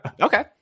Okay